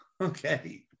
okay